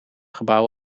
gebouw